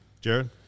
Jared